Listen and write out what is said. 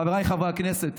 חבריי חברי הכנסת,